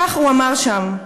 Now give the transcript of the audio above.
כך הוא אמר שם.